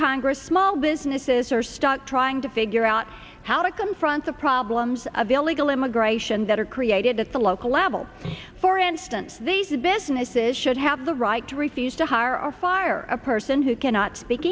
congress small businesses are stuck trying to figure out how to confront the problems of illegal immigration that are created at the local level for instance these businesses should have the right to refuse to hire or fire a person who cannot speak